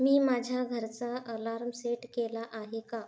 मी माझ्या घरचा alarm set केला आहे का